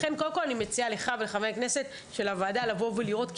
לכן קודם כל אני מציעה לך ולחברי הכנסת של הוועדה לבוא ולראות,